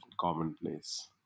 commonplace